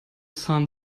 sun